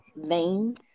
veins